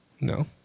No